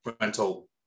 rental